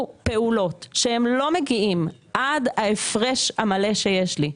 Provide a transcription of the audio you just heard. פעולות שהן לא מגיעות עד ההפרש המלא שיש לי,